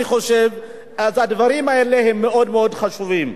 אני חושב שהדברים האלה הם מאוד-מאוד חשובים.